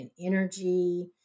energy